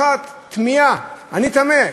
פעם אחת פנייה, אני תמה,